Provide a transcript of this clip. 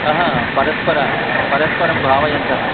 अ ह परस्पर परस्परं भावयन्तः